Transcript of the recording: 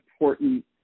important